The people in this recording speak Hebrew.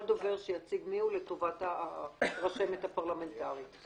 כל דובר שיציג מי הוא לטובת הרשמת הפרלמנטרית.